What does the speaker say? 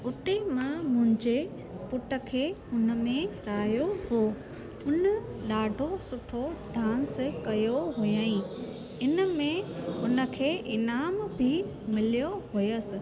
उते मां मुंहिंजे पुटु खे उन में राहियो हुओ उन ॾाढो सुठो डांस कयो हुयाईं इन में उन खे इनामु बि मिलियो हुयसि